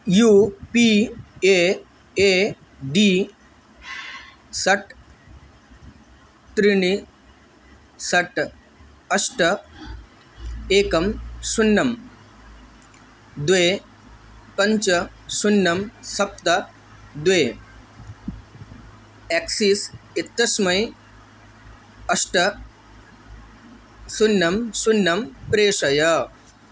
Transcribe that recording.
you P A A D षट् त्रीणि षट् अष्ट एकं सुन्नं द्वे पञ्च सुन्नं सप्त द्वे एक्सिस् इत्यस्मै अष्ट सुन्नं सुन्नं प्रेशय